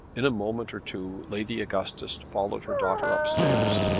in a moment or two lady augustus followed her daughter upstairs,